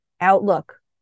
outlook